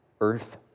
earth